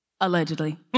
Allegedly